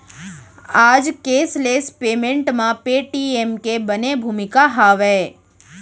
आज cashless payment म Paytm के बने भूमिका हावय